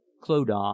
Clodagh